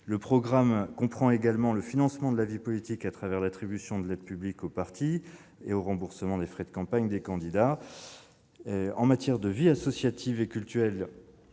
Le programme comprend également le financement de la vie politique à travers l'attribution de l'aide publique aux partis et au remboursement des frais de campagne des candidats. En matière de vie associative et cultuelle,